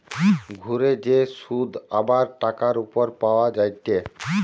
ঘুরে যে শুধ আবার টাকার উপর পাওয়া যায়টে